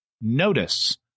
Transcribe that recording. Notice